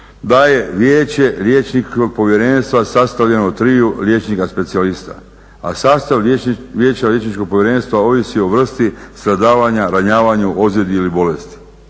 daje Vijeće Liječničkog povjerenstva sastavljeno od triju liječnika specijalista, a sastav Vijeća Liječničkog povjerenstva ovisi o vrsti stradavanja, ranjavanju, ozljedi ili bolesti.